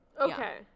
Okay